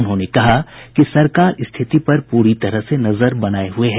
उन्होंने कहा कि सरकार स्थिति पर पूरी तरह से नजर बनाये हुए हैं